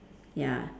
ya